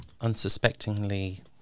Unsuspectingly